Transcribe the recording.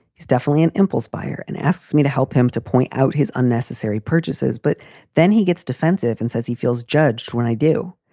he's definitely an impulse buyer and asks me to help him to point out his unnecessary purchases. but then he gets defensive and says he feels judged when i do.